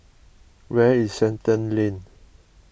where is Shenton Lane